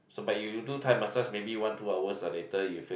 so but you do Thai massage maybe one two hours eh later you feel